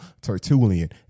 Tertullian